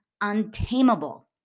untamable